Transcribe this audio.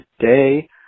today